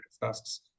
tasks